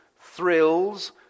thrills